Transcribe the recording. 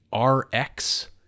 RX